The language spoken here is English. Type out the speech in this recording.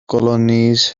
colonies